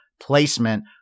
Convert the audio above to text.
placement